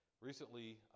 Recently